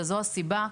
וזו הסיבה.